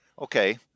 Okay